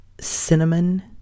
cinnamon